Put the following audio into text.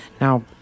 Now